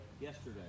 Yesterday